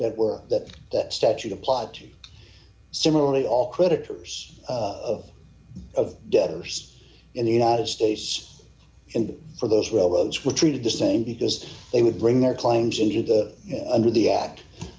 that were that that statute applied to similarly all creditors of debtors in the united states and for those railroads were treated the same because they would bring their claims into the under the act